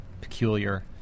peculiar